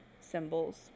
symbols